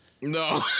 No